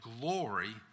glory